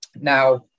now